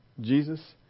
Jesus